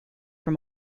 from